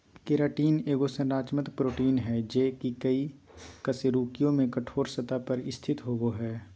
keratin एगो संरचनात्मक protein हइ जे कई कशेरुकियों में कठोर सतह पर स्थित होबो हइ